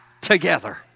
together